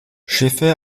schiffe